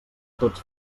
tots